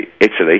Italy